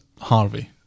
Harvey